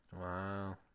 Wow